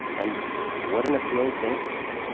and what an appealing fantasy.